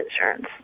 insurance